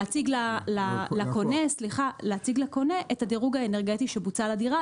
להציג לקונה את הדירוג האנרגטי שבוצע לדירה,